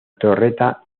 torreta